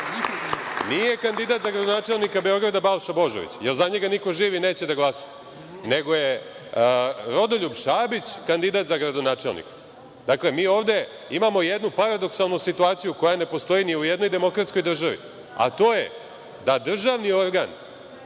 Nije kandidat za gradonačelnika Beograda Balša Božović, jer za njega niko živi neće da glasa, nego je Rodoljub Šabić kandidat za gradonačelnika. Dakle, mi ovde imamo jednu paradoksalnu situaciju koja ne postoji ni u jednoj demokratskoj državi, a to je da državni organ,